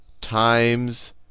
times